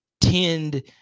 tend